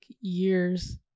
years